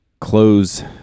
close